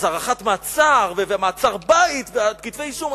אז הארכת מעצר ומעצר-בית וכתבי-אישום.